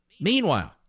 Meanwhile